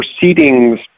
proceedings